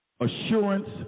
Assurance